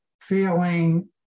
feeling